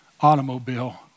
automobile